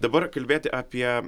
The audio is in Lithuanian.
dabar kalbėti apie